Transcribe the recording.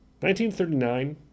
1939